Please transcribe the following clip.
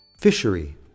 Fishery